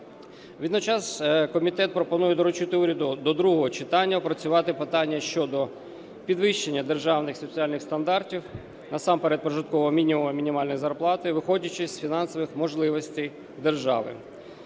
Водночас комітет пропонує доручити уряду до другого читання опрацювати питання щодо підвищення державних соціальних стандартів, насамперед прожиткового мінімуму і мінімальної зарплати, виходячи з фінансових можливостей держави.